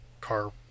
car